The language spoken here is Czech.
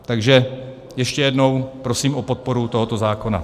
Takže ještě jednou, prosím o podporu tohoto zákona.